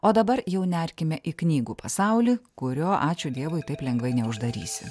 o dabar jau nerkime į knygų pasaulį kurio ačiū dievui taip lengvai neuždarysi